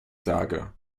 sage